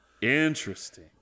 Interesting